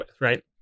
right